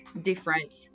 different